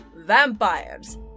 vampires